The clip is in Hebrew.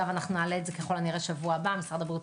נעלה את זה ככל הנראה גם בשבוע הבא - משרד הבריאות